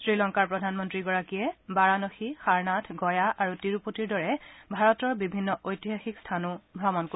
শ্ৰীলংকাৰ প্ৰধানমন্ত্ৰী গৰাকীয়ে বাৰাণসী সাৰনাথ গয়া আৰু তিৰুপতীৰ দৰে ভাৰতৰ বিভিন্ন ঐতিহাসিক স্থানো ভ্ৰমণ কৰিব